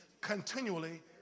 continually